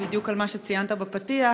בדיוק על מה שציינת בפתיח,